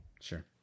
Sure